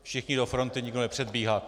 Všichni do fronty, nikdo nepředbíhat.